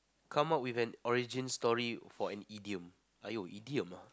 come out with an origin story for an idiom !aiyo! and idiom